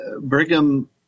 brigham